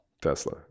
Tesla